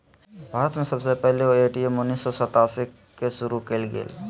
भारत में सबसे पहले ए.टी.एम उन्नीस सौ सतासी के शुरू कइल गेलय